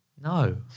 No